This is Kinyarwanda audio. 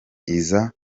iza